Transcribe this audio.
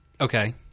Okay